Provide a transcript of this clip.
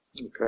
Okay